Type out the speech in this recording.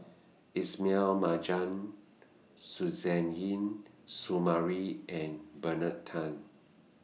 Ismail Marjan Suzairhe Sumari and Bernard Tan